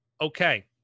Okay